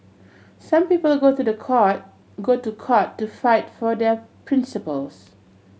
some people go to the court go to court to fight for their principles